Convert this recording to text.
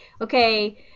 okay